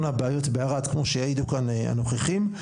הבעיות בערד כמו שיעידו כאן הנוכחים,